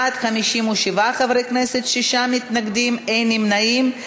בעד, 57 חברי כנסת, שישה מתנגדים, אין נמנעים.